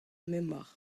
memor